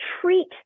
treat